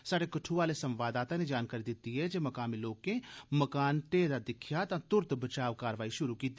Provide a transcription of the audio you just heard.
स्हाड़े कठुआ संवाददाता नै जानकारी दित्ती ऐ जे मुकामी लोकें मकान ढेए दा दिक्खेआ तां तुरत बचाव कारवाई शुरू कीती